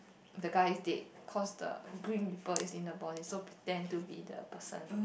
the guy is dead cause the grim reaper is in the body so pretend to be the person